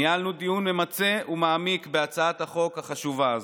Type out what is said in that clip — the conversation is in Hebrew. ניהלנו דיון ממצה ומעמיק בהצעת חוק חשובה זו.